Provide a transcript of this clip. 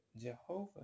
Jehovah